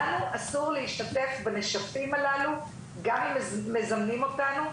לנו אסור להשתתף בנשפים האלה גם אם מזמנים אותנו,